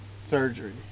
surgery